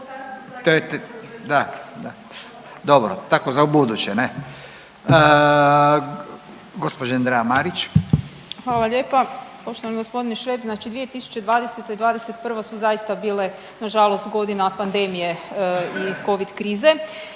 da, da dobro, tako za ubuduće, ne. Gospođa Andreja Marić. **Marić, Andreja (SDP)** Hvala lijepa. Poštovani gospodine Šveb, znači 2020. i '21. su zaista bile nažalost godina pandemije i Covid krize.